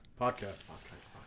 podcast